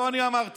לא אני אמרתי,